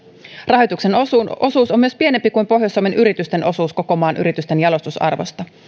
rahoituksen osuus on myös pienempi kuin pohjois suomen yritysten osuus koko maan yritysten jalostusarvosta